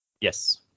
Yes